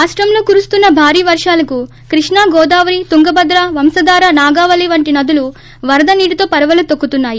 రాష్టంలో కురుస్తున్న భారీ వర్షాలకు కృష్ణగోదావరి తుంగభద్రవంశాదారనాగావళి వంటి నదులు ప్రద నీటితో పరపళ్ళు తొక్కుతున్నాయి